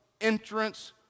entrance